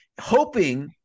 hoping